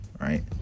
Right